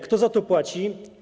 Kto za to płaci?